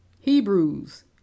Hebrews